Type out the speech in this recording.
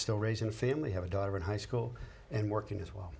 still raising a family have a daughter in high school and working as well